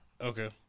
Okay